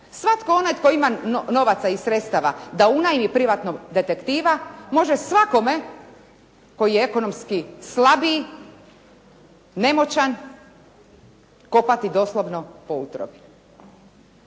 Svatko onaj tko ima novaca i sredstava da unajmi privatnog detektiva može svakome koji je ekonomski slabiji, nemoćan, kopati doslovno po utrobi.